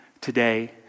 today